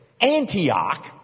Antioch